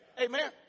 Amen